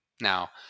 Now